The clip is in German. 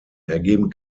ergeben